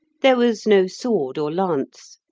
there was no sword or lance.